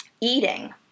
Eating